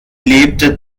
lebte